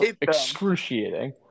excruciating